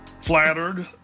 flattered